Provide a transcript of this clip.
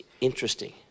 interesting